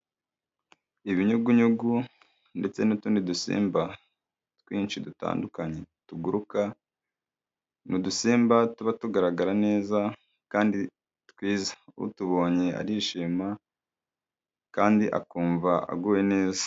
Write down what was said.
Ibinyugunyugu ndetse n'utundi dusimba twinshi dutandukanye tuguruka, ni udusimba tuba tugaragara neza kandi twiza utubonye arishima kandi akumva aguwe neza.